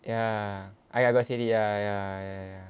ya I I got said already ya